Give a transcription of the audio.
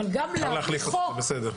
אפשר להחליף אותה, זה בסדר.